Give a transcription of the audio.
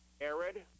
Arid